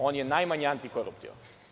On je najmanje antikoruptivan.